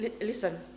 listen